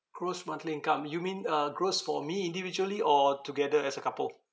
gross monthly income you mean uh gross for me individually or together as a couple